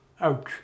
Ouch